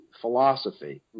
philosophy